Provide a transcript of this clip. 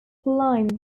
climb